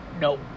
No